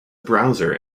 browser